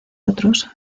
otros